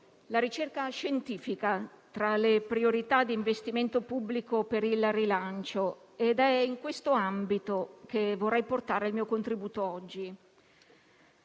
la ricerca scientifica tra le priorità di investimento pubblico per il rilancio. È in questo ambito che vorrei portare il mio contributo oggi.